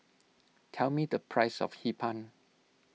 tell me the price of Hee Pan